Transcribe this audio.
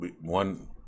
one